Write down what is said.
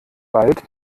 bald